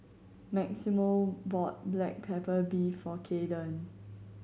Maximo bought black pepper beef for Kaeden